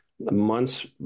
months